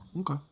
okay